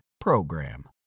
PROGRAM